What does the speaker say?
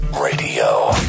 Radio